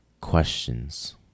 questions